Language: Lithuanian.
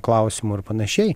klausimų ir panašiai